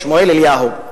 שמואל אליהו,